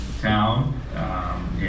town